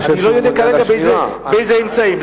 אני לא יודע כרגע באיזה אמצעים.